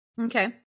Okay